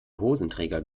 hosenträger